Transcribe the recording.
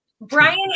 Brian